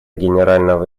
генерального